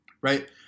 right